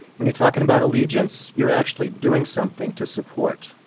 when you're talking about allegiance, you're actually doing something to support,